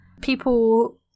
People